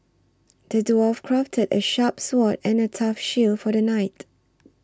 the dwarf crafted a sharp sword and a tough shield for the knight